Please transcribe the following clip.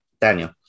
Daniel